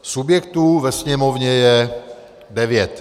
Subjektů ve Sněmovně je devět.